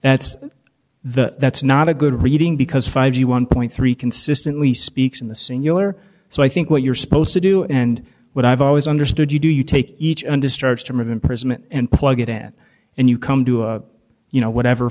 that's the that's not a good reading because five you one point three consistently speaks in the singular so i think what you're supposed to do and what i've always understood you do you take each undischarged term of imprisonment and plug it in and you come to you know whatever